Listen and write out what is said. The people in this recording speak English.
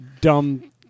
dumb